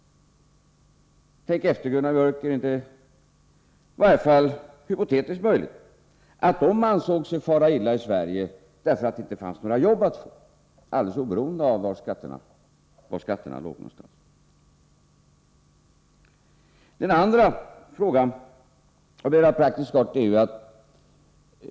Tänk efter, Gunnar Biörck — är det inte i varje fall hypotetiskt möjligt att de ansåg sig fara illa i Sverige därför att det inte fanns några jobb att få, alldeles oberoende av var skatterna låg? En annan fråga är av mera praktisk art.